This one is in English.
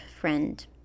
friend